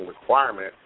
requirement